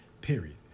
Period